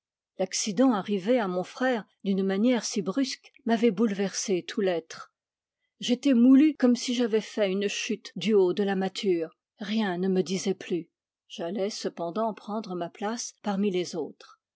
l'accident arrivé à mon frère d'une manière si brusque m'avait bouleversé tout l'être j'étais moulu comme si j'avais fait une chute du haut de la mâture rien ne me disait plus j'allai cependant prendre ma place parmi les autres